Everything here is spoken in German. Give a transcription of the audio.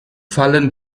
fallen